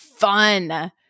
Fun